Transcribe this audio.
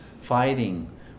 fighting